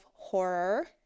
horror